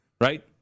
right